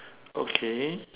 okay